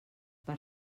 per